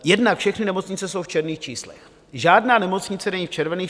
Jednak všechny nemocnice jsou v černých číslech, žádná nemocnice není v červených.